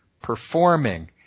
performing